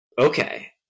Okay